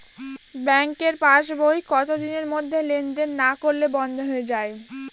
ব্যাঙ্কের পাস বই কত দিনের মধ্যে লেন দেন না করলে বন্ধ হয়ে য়ায়?